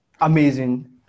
amazing